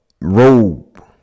robe